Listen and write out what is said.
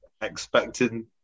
expecting